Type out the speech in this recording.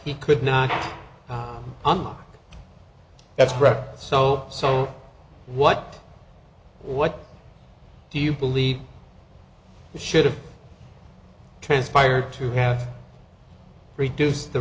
he could not on that's correct so so what what do you believe should have transpired to have reduced the